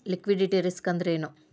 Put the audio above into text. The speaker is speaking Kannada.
ಲಿಕ್ವಿಡಿಟಿ ರಿಸ್ಕ್ ಅಂದ್ರೇನು?